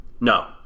No